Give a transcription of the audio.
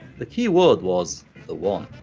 the key word was the one.